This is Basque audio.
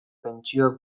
pentsioak